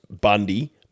Bundy